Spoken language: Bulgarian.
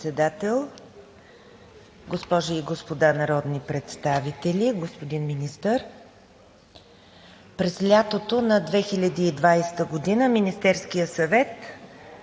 През лятото на 2020 г. Министерският съвет